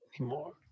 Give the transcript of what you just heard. anymore